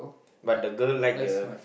but the girl like the